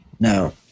No